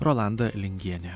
rolanda lingienė